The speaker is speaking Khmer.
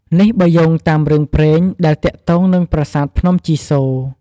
នេះបើយោងតាមរឿងព្រេង ដែលទាក់ទងនឹងប្រាសាទភ្នំជីសូរ្យ។